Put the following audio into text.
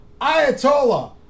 Ayatollah